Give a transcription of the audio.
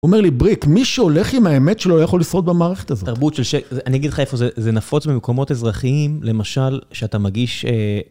הוא אומר לי, בריק, מי שהולך עם האמת שלו לא יכול לשרוד במערכת הזאת. תרבות של ש... אני אגיד לך איפה זה נפוץ, במקומות אזרחיים, למשל, שאתה מגיש...